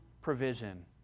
provision